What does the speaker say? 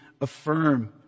affirm